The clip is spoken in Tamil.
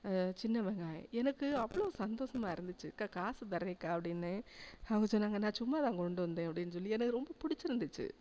சின்ன வெங்காயம் எனக்கு அவ்வளோ சந்தோசமாக இருந்துச்சு அக்கா காசு தரேன்க்கா அப்படின்னேன் அவங்க சொன்னாங்க நான் சும்மாதான் கொண்டு வந்தேன் அப்படின் சொல்லி எனக்கு ரொம்ப பிடிச்சிருந்துச்சி